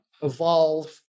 evolve